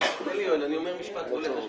תן לי רגע, אני אומר משפט והולך.